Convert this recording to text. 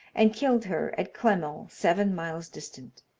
and killed her at clemmell, seven miles distant.